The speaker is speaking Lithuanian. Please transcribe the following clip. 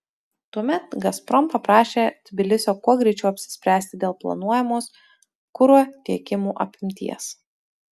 tuomet gazprom paprašė tbilisio kuo greičiau apsispręsti dėl planuojamos kuro tiekimų apimties